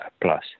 plus